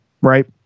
right